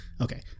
okay